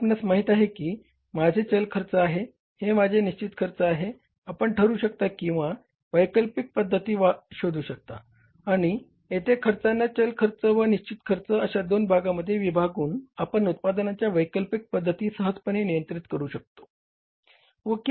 आता आपणास माहित आहे की हे माझे चल खर्च आहे हे माझे निश्चित खर्च आहे आपण ठरवू शकता किंवा वैकल्पिक पद्धती शोधू शकता आणि येथे खर्चाना चल खर्च व निश्चित खर्च अशा दोन भागामध्ये विभागून आपण उत्पादनांच्या वैकल्पिक पद्धती सहजपणे नियंत्रित करू किंवा शोधू शकू